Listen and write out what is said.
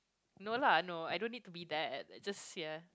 no lah no I don't need to be there just here